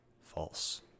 false